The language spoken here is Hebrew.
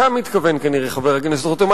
לזה אתה מתכוון כנראה, חבר הכנסת רותם.